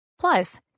Plus